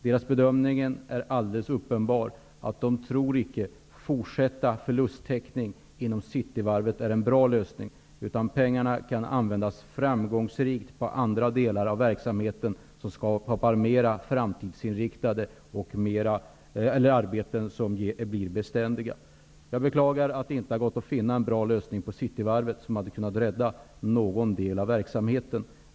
Dess bedömning är alldeles uppenbar: Man tror icke att fortsatt förlusttäckning inom Cityvarvet är en bra lösning, utan pengarna kan användas framgångsrikt inom andra delar av verksamheten som skapar mera framtidsinriktade och beständiga arbeten. Jag beklagar att det inte har gått att finna en bra lösning på Cityvarvet, så att det hade gått att rädda någon del av verksamheten.